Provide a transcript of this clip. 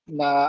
na